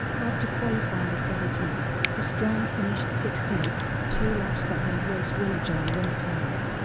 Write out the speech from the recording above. after qualifying seventeenth, pastrana finished sixteenth, two laps behind race winner john wes townley.